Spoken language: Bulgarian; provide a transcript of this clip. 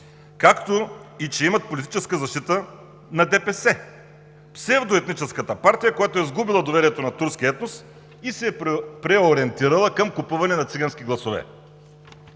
както и че имат политическа защита на ДПС – псевдоетническата партия, която е изгубила доверието на турския етнос и се преориентирала към купуване на цигански гласове.